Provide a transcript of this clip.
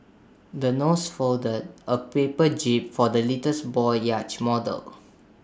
the nurse folded A paper jib for the little boy's yacht model